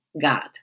God